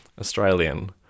Australian